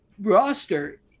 roster